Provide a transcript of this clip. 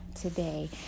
today